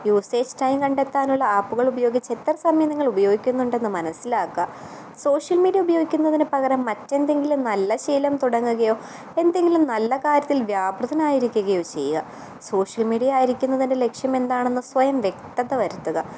usage time കണ്ടെത്താനുള്ള ആപ്പുകളുപയോഗിച്ച് എത്ര സമയം നിങ്ങളുപയോഗിക്കുന്നുണ്ടെന്ന് മനസ്സിലാക്കുക സോഷ്യൽ മീഡ്യ സോഷ്യൽ മീഡിയ ഉപയോഗിക്കുന്നതിനുപകരം മറ്റെന്തെങ്കിലും നല്ല ശീലം തുടങ്ങുകയോ എന്തെങ്കിലും നല്ല കാര്യത്തിൽ വ്യാപൃതനായിരിക്കുകയോ ചെയ്യുക സോഷ്യൽ മീഡ്യ ആയിരിക്കുന്നതിന്റെ ലക്ഷ്യം എന്താണെന്ന് സ്വയം വ്യക്തത വരുത്തുക